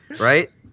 Right